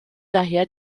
daher